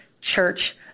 Church